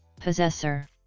Possessor